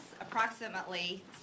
approximately